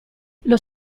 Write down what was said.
los